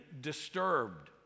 disturbed